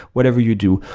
whatever you do.